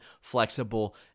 flexible